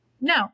No